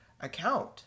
account